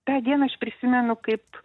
tą dieną aš prisimenu kaip